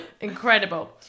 incredible